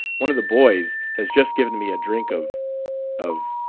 one of the boys has just given me a drink of of